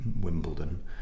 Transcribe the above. Wimbledon